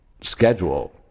schedule